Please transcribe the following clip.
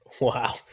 Wow